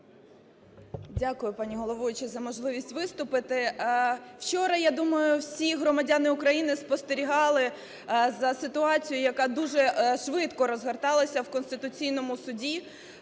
Дякую, пані головуюча за можливість виступити. Вчора, я думаю, всі громадяни України спостерігали за ситуацією, яка дуже швидко розгорталася в Конституційному Суді,